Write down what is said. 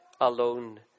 alone